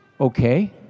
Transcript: Okay